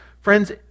Friends